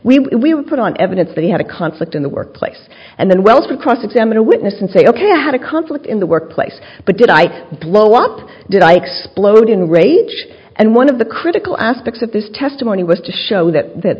this we put on evidence that he had a conflict in the workplace and then well to cross examine a witness and say ok i had a conflict in the workplace but did i blow up did i explode in rage and one of the critical aspects of this testimony was to show that that